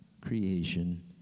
creation